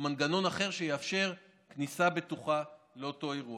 או מנגנון אחר שיאפשר כניסה בטוחה לאותו אירוע.